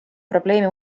probleemi